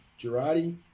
Girardi